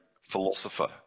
philosopher